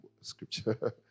scripture